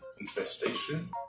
Infestation